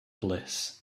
bliss